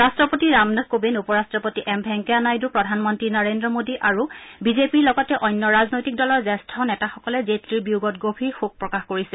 ৰাট্ৰপতি ৰামনাথ কোবিন্দ উপৰাট্ৰপতি এম ভেংকায়া নাইডু প্ৰধানমন্ত্ৰী নৰেন্দ্ৰ মোডী আৰু বিজেপিৰ লগতে অন্য ৰাজনৈতিক দলৰ জ্যেষ্ঠ নেতাসকলে জেটলীৰ বিয়োগত গভীৰ শোক প্ৰকাশ কৰিছে